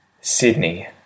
Sydney